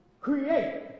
create